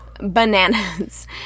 bananas